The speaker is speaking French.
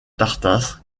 tartas